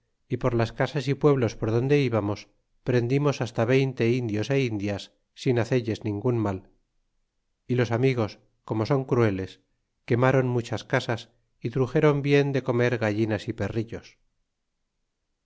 y por las casas y pueblos por donde íbamos prendimos hasta veinte indios é indias sin hacelles ningun mal y los amigos como son crueles quemron muchas casas y truxéron bien de comer gallinas y perrillos